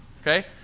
Okay